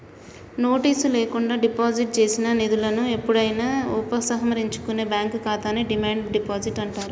notice లేకుండా deposit చేసిన నిధులను ఎప్పుడైనా ఉపసంహరించుకునే బ్యాంక్ ఖాతాని డిమాండ్ డిపాజిట్ అంటారు